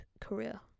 career